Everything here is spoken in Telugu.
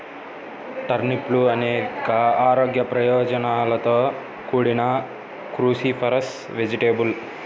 టర్నిప్లు అనేక ఆరోగ్య ప్రయోజనాలతో కూడిన క్రూసిఫరస్ వెజిటేబుల్